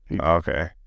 Okay